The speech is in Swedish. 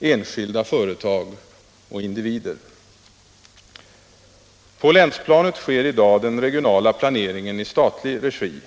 enskilda företag och individer. På länsplanet sker i dag den regionala planeringen i statlig regi.